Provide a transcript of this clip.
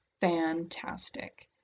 fantastic